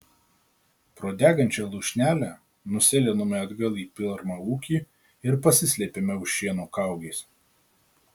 pro degančią lūšnelę nusėlinome atgal į pirmą ūkį ir pasislėpėme už šieno kaugės